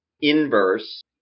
inverse